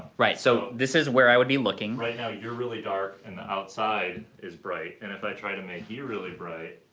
right, so this is where i would be looking. right now, you're really dark and the outside is bright, and if i try to make you really bright,